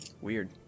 Weird